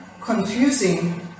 confusing